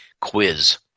quiz